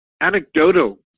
anecdotal